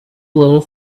little